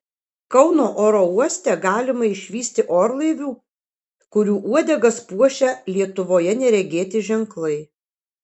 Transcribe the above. kauno oro uoste galima išvysti orlaivių kurių uodegas puošia lietuvoje neregėti ženklai